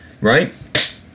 right